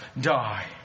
die